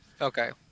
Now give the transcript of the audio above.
Okay